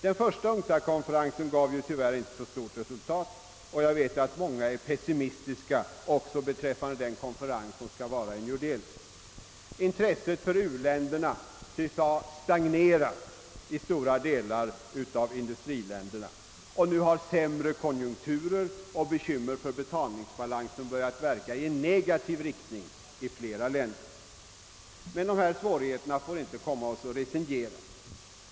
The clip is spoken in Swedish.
Den första UNCTAD-konferensen gav tyvärr inte så stort resultat, och jag vet att många är pessimistiska också beträffande den konferens som skall hållas i New Delhi. Intresset för u-länderna tycks ha stagnerat i stora delar av industriländerna, och nu har även sämre konjunkturer och bekymmer för betalningsbalansen börjat verka i negativ riktning i flera länder. Men dessa svårigheter får inte komma oss att resignera.